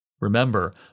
Remember